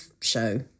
show